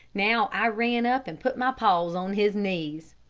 now i ran up and put my paws on his knees.